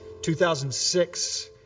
2006